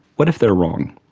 what if they are wrong?